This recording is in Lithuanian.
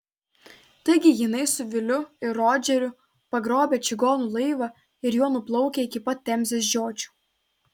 taigi jinai su viliu ir rodžeriu pagrobę čigonų laivą ir juo nuplaukę iki pat temzės žiočių